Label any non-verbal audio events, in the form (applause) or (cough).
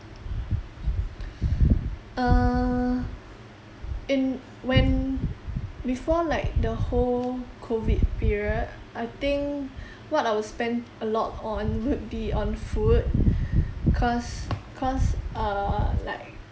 err in when before like the whole COVID period I think what I will spent a lot on (laughs) would be on food cause cause err like